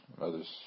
others